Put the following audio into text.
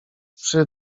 przy